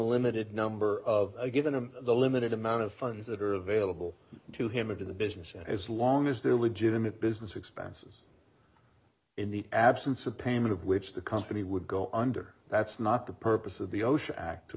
limited number of a given him the limited amount of funds that are available to him into the business and as long as there are legitimate business expenses in the absence of payment of which the company would go under that's not the purpose of the osha act to